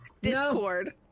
Discord